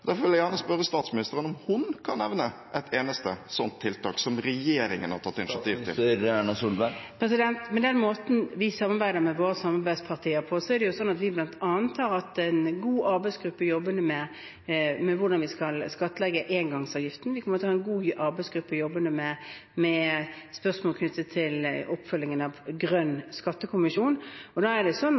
Derfor vil jeg gjerne spørre statsministeren om hun kan nevne et eneste slikt tiltak som regjeringen har tatt initiativ til. Med den måten vi samarbeider med våre samarbeidspartier på, er det slik at vi bl.a. har hatt en god arbeidsgruppe som har jobbet med hvordan vi skal skattlegge i forbindelse med engangsavgiften. Vi kommer til å ha en god arbeidsgruppe som jobber med spørsmål knyttet til oppfølgingen av Grønn skattekommisjon. Da er det